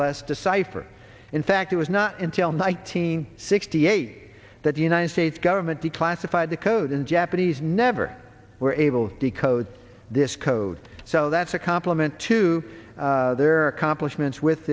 less decipher in fact it was not until night hundred sixty eight that the united states government declassified the code in japanese never were able to decode this code so that's a compliment to their accomplishments with